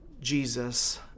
Jesus